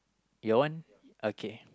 your one okay